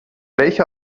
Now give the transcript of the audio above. welcher